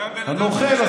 הוא נוכל,